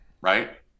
right